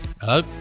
Hello